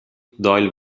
doyle